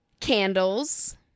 candles